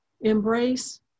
Embrace